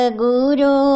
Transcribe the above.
guru